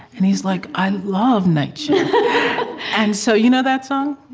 and he's like, i love night shift and so you know that song?